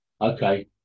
okay